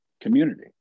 community